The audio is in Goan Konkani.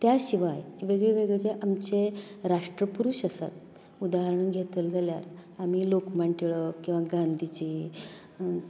त्या शिवाय वेगळ्यो वेगळ्यो जें आमचें राष्ट्रपुरूश आसात उदाहरण घेतले जाल्यार आमी लोकमान्य टिळक किंवां गांधीजी